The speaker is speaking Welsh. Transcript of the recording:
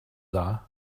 dda